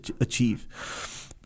achieve